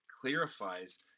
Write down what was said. clarifies